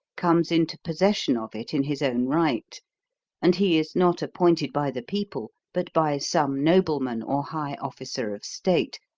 comes into possession of it in his own right and he is not appointed by the people, but by some nobleman or high officer of state,